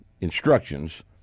instructions –